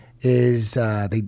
is—they